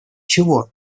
чего